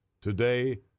Today